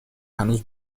هنوز